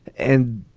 and,